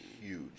huge